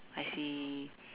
I see